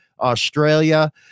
Australia